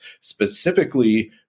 specifically